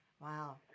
Wow